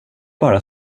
bara